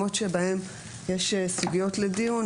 ובמקומות בהם יש סוגיות לדיון,